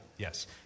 Yes